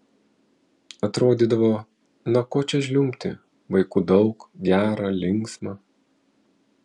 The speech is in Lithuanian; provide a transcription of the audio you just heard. atrodydavo na ko čia žliumbti vaikų daug gera linksma